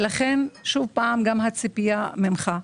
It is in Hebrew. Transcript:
לכן, שוב, זו גם הציפייה ממך.